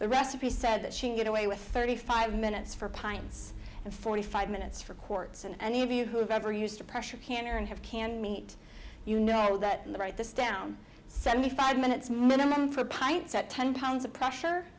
the recipe said that she can get away with thirty five minutes for pints and forty five minutes for courts and any of you who have ever used a pressure canner and have canned meat you know that in the write this down seventy five minutes minimum for pints at ten pounds of pressure